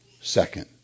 second